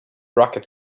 rocket